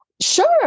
Sure